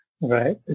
right